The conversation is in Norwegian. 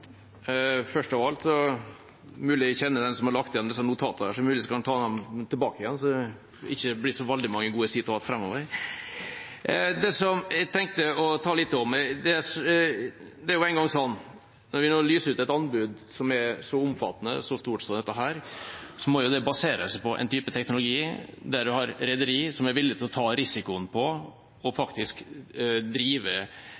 mulig jeg skal ta dem tilbake igjen, slik at det ikke blir så veldig mange gode sitater framover. Det som jeg tenkte å si litt om, er at det er en gang slik at når vi nå lyser ut et anbud som er så omfattende, så stort som dette, må det basere seg på en type teknologi og et rederi som er villig til å ta risikoen